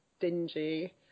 dingy